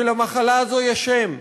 ולמחלה הזו יש שם,